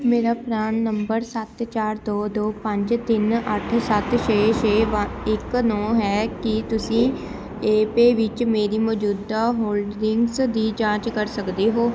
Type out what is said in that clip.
ਮੇਰਾ ਪਰਾਨ ਨੰਬਰ ਸੱਤ ਚਾਰ ਦੋ ਦੋ ਪੰਜ ਤਿੰਨ ਅੱਠ ਸੱਤ ਛੇ ਛੇ ਵਾ ਇੱਕ ਨੌ ਹੈ ਕੀ ਤੁਸੀਂ ਏ ਪੇ ਵਿੱਚ ਮੇਰੀ ਮੌਜੂਦਾ ਹੋਲਡਿੰਗਜ਼ ਦੀ ਜਾਂਚ ਕਰ ਸਕਦੇ ਹੋ